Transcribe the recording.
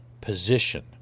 position